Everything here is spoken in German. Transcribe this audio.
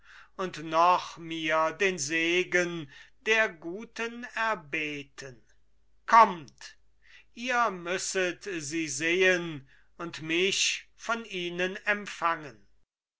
und noch mir den segen der guten erbeten kommt ihr müsset sie sehen und mich von ihnen empfangen